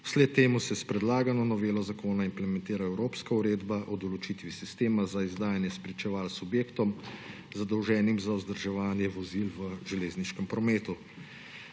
Vsled tega se s predlagano novelo zakona implementira evropska uredba o določitvi sistema za izdajanje spričeval subjektom, zadolženim za vzdrževanje vozil v železniškem prometu.